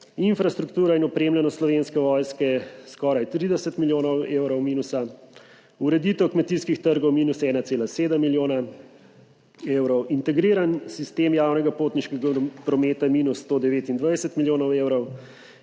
infrastruktura in opremljenost Slovenske vojske skoraj 30 milijonov evrov minusa, ureditev kmetijskih trgov minus 1,7 milijona evrov, integriran sistem javnega potniškega prometa minus 129 milijonov evrov,